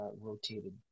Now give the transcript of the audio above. rotated